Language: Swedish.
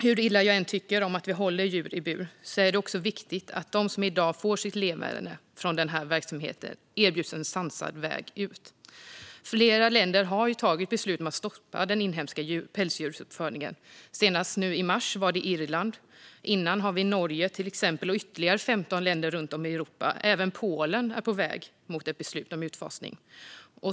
Hur illa jag än tycker om att vi håller djur i bur är det viktigt att de som i dag får sitt levebröd från den här verksamheten erbjuds en sansad väg ut. Flera länder har tagit beslut om att stoppa den inhemska pälsdjursuppfödningen. Senast, nu i mars, var det Irland. Tidigare har till exempel Norge och ytterligare 15 länder runt om i Europa gjort det. Även Polen är på väg mot ett beslut om utfasning.